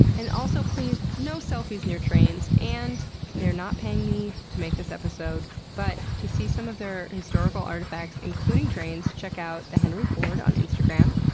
and also, please, no selfies near trains! and they are not paying me to make this episode, but to see some of their historical artifacts including trains, check out the henry ford on instagram.